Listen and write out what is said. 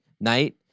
night